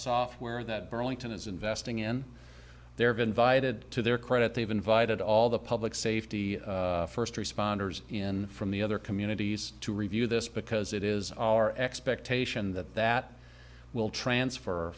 software that burlington is investing in their of invited to their credit they've invited all the public safety first responders in from the other communities to review this because it is our expectation that that will transfer